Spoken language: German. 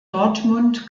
dortmund